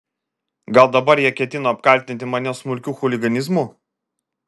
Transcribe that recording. gal dabar jie ketino apkaltinti mane smulkiu chuliganizmu